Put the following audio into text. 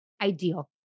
ideal